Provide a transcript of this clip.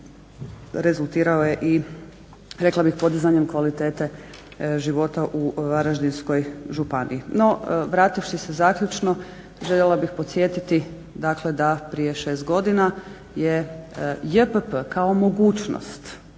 rezultirao je i rekla bih podizanjem kvalitete života u Varaždinskoj županiji. No, vrativši se zaključno željela bih podsjetiti dakle da prije 6 godina je JPP kao mogućnost,